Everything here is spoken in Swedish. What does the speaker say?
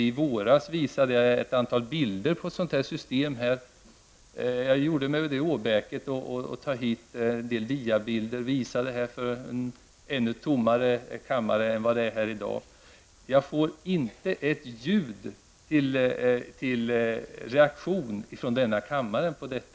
I våras visade jag ett antal bilder på ett sådant här system här i kammaren. Jag gjorde mig nämligen besväret att ta hit en del diabilder, som jag visade för en kammare som var ännu tommare än den vi ser i dag. Men jag har inte fått en tillstymmelse till reaktion från kammarens ledamöter på detta.